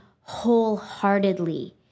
wholeheartedly